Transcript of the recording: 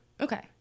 okay